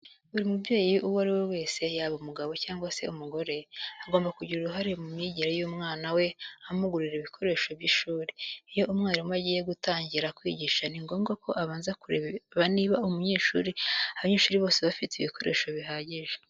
Buri mubyeyi uwo ari we wese yaba umugabo cyangwa se umugore, agomba kugira uruhare mu myigire y'umwana we amugurira ibikoresho by'ishuri. Iyo umwarimu agiye gutangira kwigisha ni ngombwa ko abanza kureba niba abanyeshuri bose bafite ibikoresho bihagije.